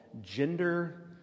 gender